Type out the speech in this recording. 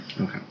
Okay